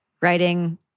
writing